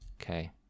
Okay